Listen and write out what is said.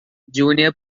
junior